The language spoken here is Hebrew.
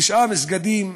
תשעה מסגדים,